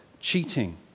cheating